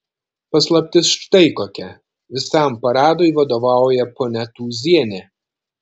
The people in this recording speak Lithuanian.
paslaptis štai kokia visam paradui vadovauja ponia tūzienė